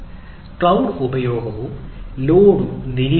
cloud ഉപയോഗവും ലോഡും നിരീക്ഷിക്കുക